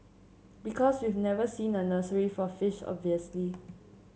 because we've never seen a nursery for fish obviously